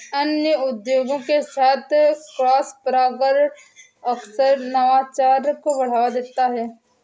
अन्य उद्योगों के साथ क्रॉसपरागण अक्सर नवाचार को बढ़ावा देता है